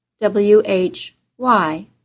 W-H-Y